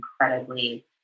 incredibly